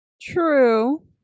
True